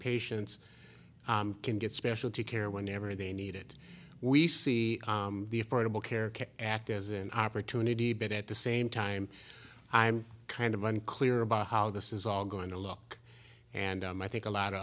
patients can get specialty care whenever they need it we see the affordable care act as an opportunity but at the same time i'm kind of unclear about how this is all going to look and i think a lot of